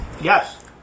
Yes